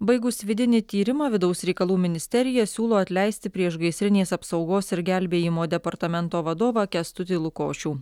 baigus vidinį tyrimą vidaus reikalų ministerija siūlo atleisti priešgaisrinės apsaugos ir gelbėjimo departamento vadovą kęstutį lukošių